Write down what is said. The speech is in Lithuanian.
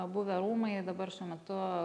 buvę rūmai dabar šiuo metu